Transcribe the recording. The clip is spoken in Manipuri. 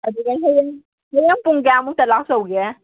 ꯑꯗꯨꯗꯨ ꯈꯛꯇꯪ ꯍꯣꯔꯦꯟ ꯄꯨꯡ ꯀꯌꯥꯃꯨꯛꯇ ꯂꯥꯛꯆꯧꯒꯦ